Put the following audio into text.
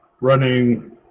running